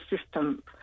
system